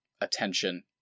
attention